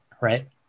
right